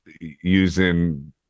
using